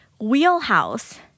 wheelhouse